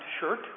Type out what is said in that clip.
shirt